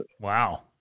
Wow